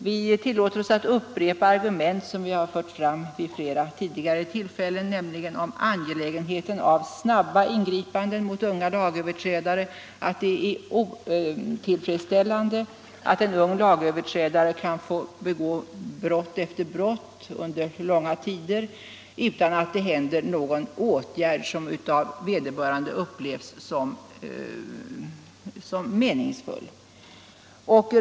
Vi upprepar argument som vi har fört fram vid flera tidigare tillfällen, nämligen att det är angeläget med snabba ingripanden mot unga lagöverträdare, att det är otillfredsställande att en ung lagöverträdare kan begå brott efter brott utan att någon åtgärd vidtas som av vederbörande upplevs som meningsfull.